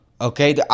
okay